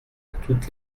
toutes